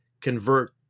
convert